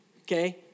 okay